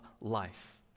life